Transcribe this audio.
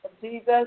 Jesus